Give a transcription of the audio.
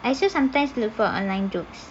I also sometimes look for online jokes